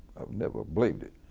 never believed it,